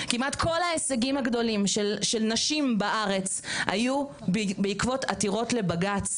כמעט כל ההישגים הגדולים של נשים בארץ היו בעקבות עתירות לבג"צ,